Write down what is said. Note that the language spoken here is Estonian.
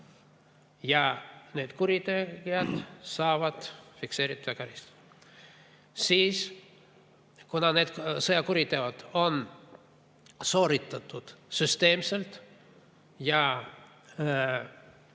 Need kurjategijad saavad fikseeritud ja karistatud. Siis, kuna need sõjakuriteod on sooritatud süsteemselt ja